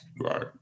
right